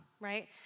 right